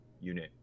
unit